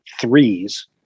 threes